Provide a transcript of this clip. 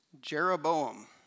Jeroboam